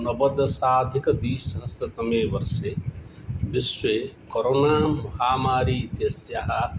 नवदशाधिकद्विसहस्रतमे वर्षे विश्वे कोरोना महामारी इत्यस्य